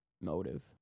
motive